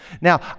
Now